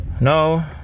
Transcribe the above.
No